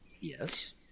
yes